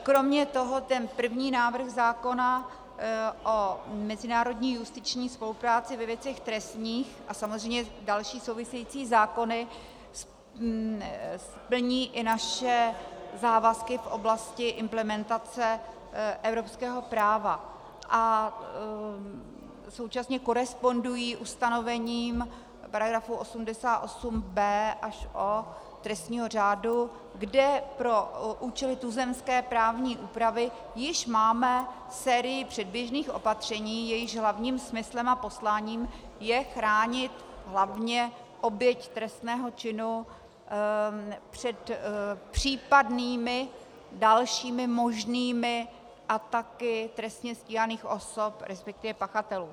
Kromě toho první návrh zákona o mezinárodní justiční spolupráci ve věcech trestních a samozřejmě další související zákony splní i naše závazky v oblasti implementace evropského práva a současně korespondují ustanovením § 88b až o, kde pro účely tuzemské právní úpravy již máme sérii předběžných opatření, jejichž hlavním smyslem a posláním je chránit hlavně oběť trestného činu před případnými dalšími možnými ataky trestně stíhaných osob, resp. pachatelů.